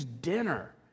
dinner